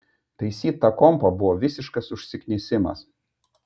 taisyt tą kompą buvo visiškas užsiknisimas